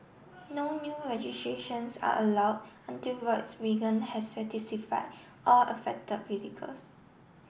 no new registrations are allowed until Volkswagen has all affected vehicles